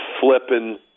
flipping